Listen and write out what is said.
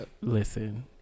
Listen